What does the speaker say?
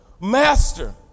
Master